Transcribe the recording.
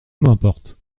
m’importe